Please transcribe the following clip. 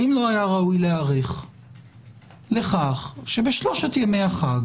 האם לא היה ראוי להיערך לכך שבשלושת ימי החג